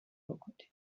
awkward